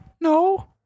No